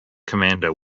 commander